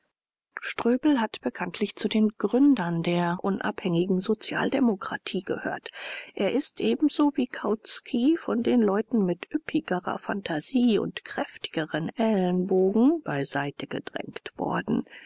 ströbel hat bekanntlich zu den gründern der unabhängigen sozialdemokratie gehört er ist ebenso wie kautsky von den leuten mit üppigerer phantasie und kräftigeren ellenbogen beiseite gedrängt worden